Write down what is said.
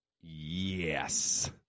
Yes